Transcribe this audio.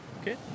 Okay